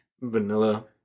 vanilla